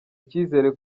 icyizere